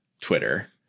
Twitter